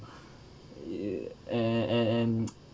and and and and